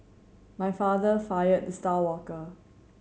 my father fired the star worker